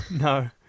no